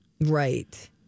Right